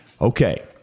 Okay